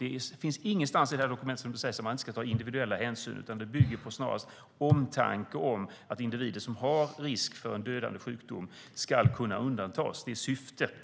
Det står ingenstans i det här dokumentet att man inte ska ta individuella hänsyn, utan det bygger snarast på omtanke om att individer som har risk för en dödlig sjukdom ska kunna undantas. Det är syftet.